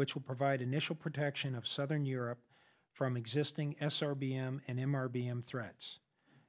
which will provide initial protection of southern europe from existing s r b m and m r b m threats